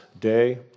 day